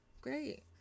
Great